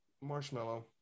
Marshmallow